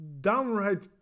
downright